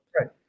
right